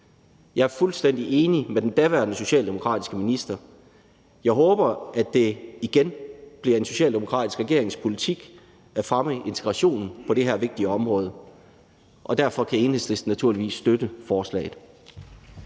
Jeg er fuldstændig enig med den daværende socialdemokratiske minister. Jeg håber, at det igen bliver en socialdemokratisk regerings politik at fremme integrationen på det her vigtige område. Derfor kan Enhedslisten naturligvis støtte forslaget.